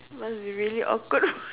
must be really awkward